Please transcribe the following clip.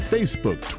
Facebook